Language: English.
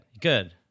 Good